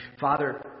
Father